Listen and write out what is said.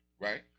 Right